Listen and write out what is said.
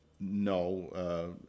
no